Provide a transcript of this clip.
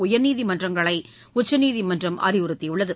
உயர்நீதிமன்றங்களைஉச்சநீதிமன்றம் அறிவுறுத்தியுள்ளது